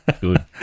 good